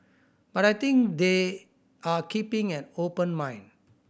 but I think they are keeping an open mind